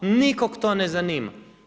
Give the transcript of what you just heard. Nikog to ne zanima.